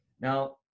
now